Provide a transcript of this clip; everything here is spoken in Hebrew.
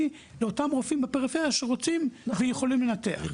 לאותם רופאים בפריפריה שרוצים ויכולים לנתח.